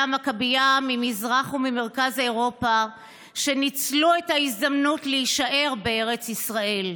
המכבייה ממזרח וממרכז אירופה שניצלו את ההזדמנות להישאר בארץ ישראל,